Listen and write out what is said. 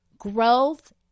Growth